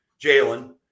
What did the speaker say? Jalen